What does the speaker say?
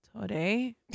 today